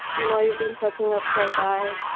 you know, you've been searching up for a guy.